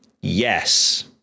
Yes